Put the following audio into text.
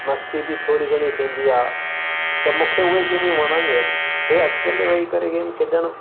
मस्ती बि थोरी घणी थींदी आहे त मूंखे उहे ई गेमियूं वणंदियूं आहिनि हे अकेले वही करे गेम खेॾणु